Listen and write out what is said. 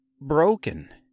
broken